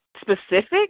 specific